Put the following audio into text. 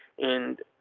and.